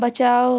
बचाओ